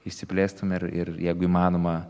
išsiplėstum ir ir jeigu įmanoma